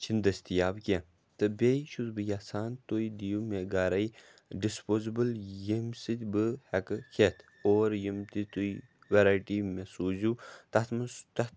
چھِنہٕ دٔستِیاب کیٚنٛہہ تہٕ بیٚیہِ چھُس بہٕ یَژھان تُہۍ دِیِو مےٚ گَرَے ڈِسپوزِبٕل ییٚمۍ سۭتۍ بہٕ ہٮ۪کہٕ کھٮ۪تھ اور یِم تہِ تُہۍ وٮ۪رایٹی مےٚ سوٗزِو تَتھ منٛز تَتھ